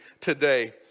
today